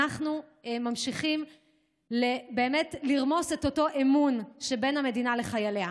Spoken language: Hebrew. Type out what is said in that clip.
אנחנו ממשיכים לרמוס את אותו אמון שבין המדינה לחייליה.